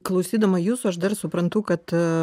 klausydama jūsų aš dar suprantu kad